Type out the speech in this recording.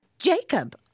Jacob